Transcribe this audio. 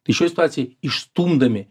tai šioj situacijoj išstumdami